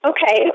Okay